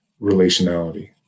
relationality